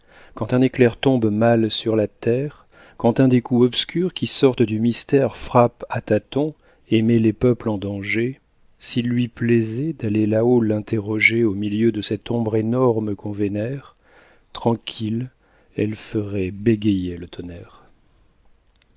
quand un éclair tombe mal sur la terre quand un des coups obscurs qui sortent du mystère frappe à tâtons et met les peuples en danger s'il lui plaisait d'aller là-haut l'interroger au milieu de cette ombre énorme qu'on vénère tranquille elle ferait bégayer le tonnerre